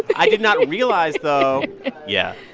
i did not realize, though yeah,